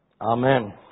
Amen